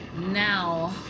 now